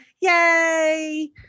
Yay